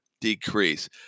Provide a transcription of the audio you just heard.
decrease